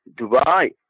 Dubai